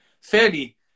fairly